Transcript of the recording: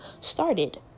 started